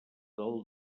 del